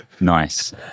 Nice